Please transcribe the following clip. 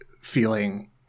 feeling